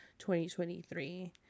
2023